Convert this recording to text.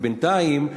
כי בינתיים,